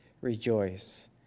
rejoice